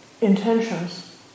intentions